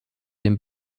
den